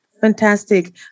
Fantastic